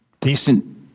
decent